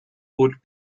bot